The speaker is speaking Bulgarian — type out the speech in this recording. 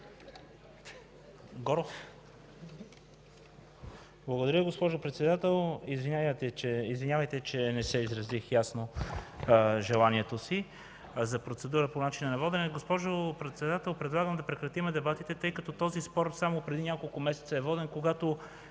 (ГЕРБ): Благодаря Ви, госпожо Председател. Извинявайте, че не изразих ясно желанието си за процедура по начина на водене. Госпожо Председател, предлагам да прекратим дебатите, тъй като този спор е воден само преди няколко месеца, когато